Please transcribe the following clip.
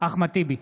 אחמד טיבי,